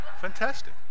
Fantastic